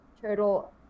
turtle